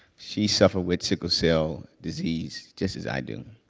she suffers with sickle cell disease, just as i do.